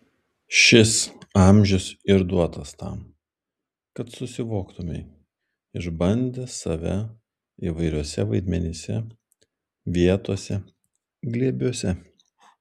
šis amžius ir duotas tam kad susivoktumei išbandęs save įvairiuose vaidmenyse vietose glėbiuose